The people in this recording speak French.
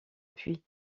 puits